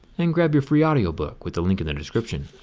and grab your free audio book with the link in the description.